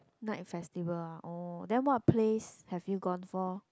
night festival ah oh then what plays have you gone for